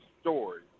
story